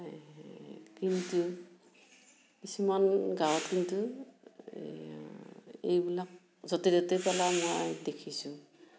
এই কিন্তু কিছুমান গাঁৱত কিন্তু এইবিলাক য'তে ত'তে পেলাই মই দেখিছোঁ